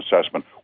assessment